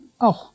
Auch